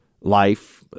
life